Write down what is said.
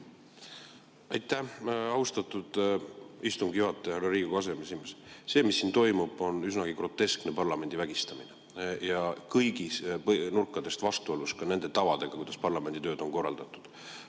Aitäh, austatud istungi juhataja, härra Riigikogu aseesimees! See, mis siin toimub, on üsnagi groteskne parlamendi vägistamine ja kõigist nurkadest vastuolus nende tavadega, kuidas parlamendi tööd on korraldatud.